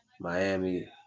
Miami